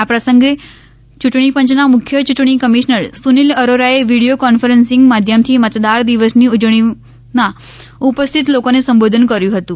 આ પ્રસંગે યૂંટણીપંચના મુખ્ય યૂંટણી કમિશ્નર સુનિલ અરોરાએ વિડીયો કોન્ફરનસીંગ માધ્યમથી મતદાર દિવસની ઊ વણીમાં ઉપસ્થિત લોકોને સંબોધન કર્યું હતું